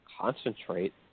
concentrate